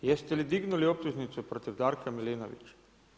Jeste li dignuli optužnicu protiv Darka Milinovića?